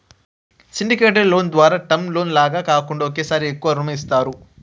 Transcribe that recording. syndicated loan ద్వారా term loan లాగా కాకుండా ఒకేసారి ఎక్కువ రుణం ఇస్తారు